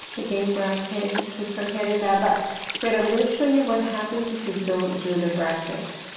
again bracket, i keep forgetting that. but wait, i'm going to show you what happens if you don't do the bracket.